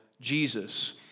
Jesus